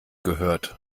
gehört